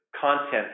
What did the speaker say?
content